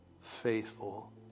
faithful